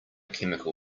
chemical